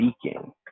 speaking